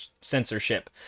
censorship